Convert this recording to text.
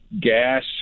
gas